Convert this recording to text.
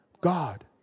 God